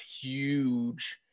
huge